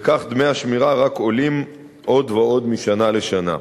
וכך דמי השמירה רק עולים עוד ועוד משנה לשנה.